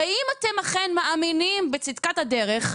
הרי אם אתם אכן מאמינים בצדקת הדרך,